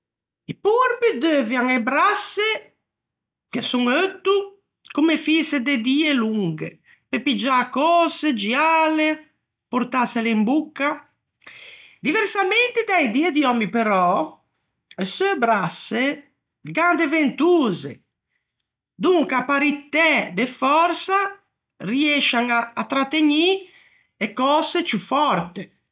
I porpi deuvian e brasse, che son eutto, comme fïse de die longhe, pe piggiâ cöse, giâle, portâsele in bocca. Diversamente da-e die di òmmi, però, e seu brasse gh'an de ventose, e donca à paritæ de fòrsa riëscian à trategnî e cöse ciù forte.